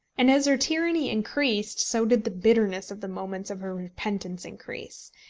and as her tyranny increased so did the bitterness of the moments of her repentance increase,